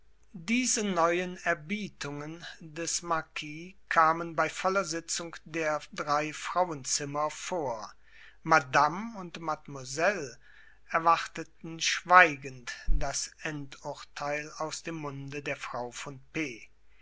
diese neuen erbietungen des marquis kamen bei voller sitzung der drei frauenzimmer vor madame und mademoiselle erwarteten schweigend das endurteil aus dem munde der frau von p